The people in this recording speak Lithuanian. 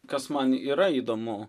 kas man yra įdomu